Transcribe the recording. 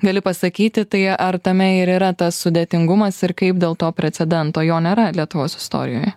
gali pasakyti tai ar tame ir yra tas sudėtingumas ir kaip dėl to precedento jo nėra lietuvos istorijoje